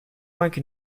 anki